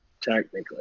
technically